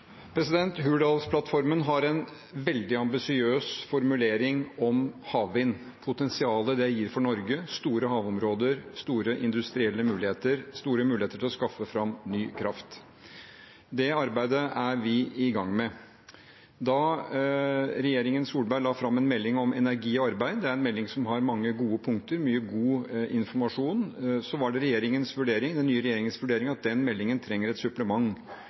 Hurdalsplattformen har en veldig ambisiøs formulering om havvind, potensialet det gir for Norge, store havområder, store industrielle muligheter og store muligheter for å skaffe fram ny kraft. Det arbeidet er vi i gang med. Da regjeringen Solberg la fram en melding om energi til arbeid – det er en melding som har mange gode punkter og mye god informasjon – var det den nye regjeringens vurdering at den meldingen trenger et supplement.